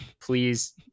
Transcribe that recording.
Please